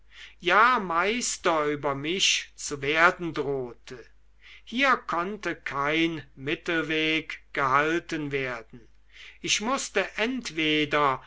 ja meister über mich zu werden drohte hier konnte kein mittelweg gehalten werden ich mußte entweder